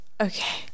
Okay